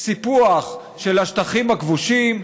סיפוח של השטחים הכבושים,